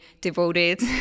devoted